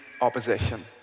opposition